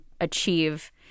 achieve